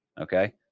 Okay